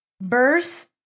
Verse